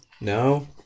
no